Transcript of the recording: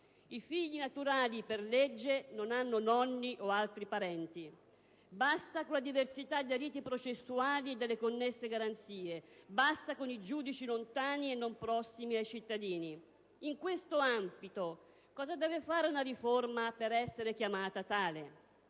I figli naturali, per la legge, non hanno nonni o altri parenti. Basta con la diversità dei riti processuali e delle connesse garanzie; basta con giudici lontani e non prossimi ai cittadini. In questo ambito, cosa deve fare una riforma per essere chiamata tale?